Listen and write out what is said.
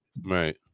Right